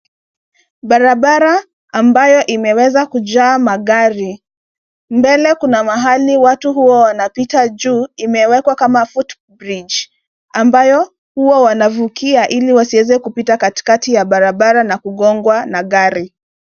Barabara ambayo imeweza kujaa magari. Mbele kuna mahali watu huwa wanapita juu imewekwa kama, footbridge , ambayo huwa wanavukia ili wasiweze kupita katikati ya barabara na kugongwa na gari.